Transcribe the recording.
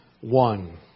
One